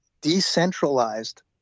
decentralized